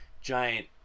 giant